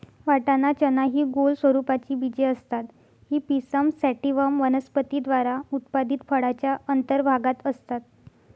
वाटाणा, चना हि गोल स्वरूपाची बीजे असतात ही पिसम सॅटिव्हम वनस्पती द्वारा उत्पादित फळाच्या अंतर्भागात असतात